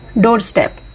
doorstep